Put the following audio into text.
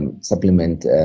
supplement